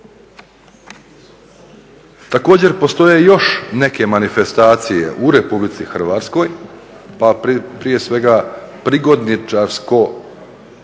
Također postoje još neke manifestacije u RH pa prije svega prigodničarske